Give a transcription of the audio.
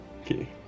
Okay